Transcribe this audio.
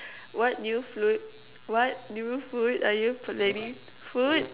what new food what new food are you planning food